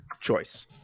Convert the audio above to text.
choice